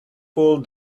pulled